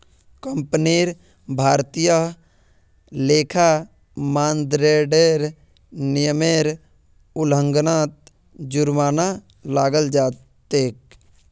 कंपनीक भारतीय लेखा मानदंडेर नियमेर उल्लंघनत जुर्माना लगाल जा तेक